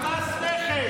אמרת שחמאס זה נכס.